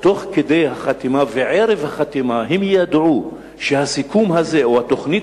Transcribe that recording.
תוך כדי החתימה וערב החתימה הם ידעו שהסיכום הזה או התוכנית